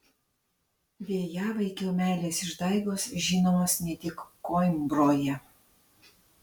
vėjavaikio meilės išdaigos žinomos ne tik koimbroje